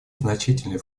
значительный